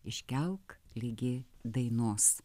iškelk ligi dainos